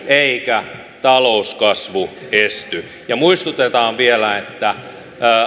eikä talouskasvu esty muistutetaan vielä että